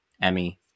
Emmy